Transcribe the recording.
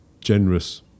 generous